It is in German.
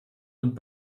und